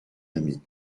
ami